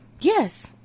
Yes